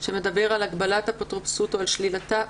שמדבר על הגבלת אפוטרופסות או על שלילתה,